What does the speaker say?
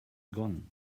gone